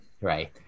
right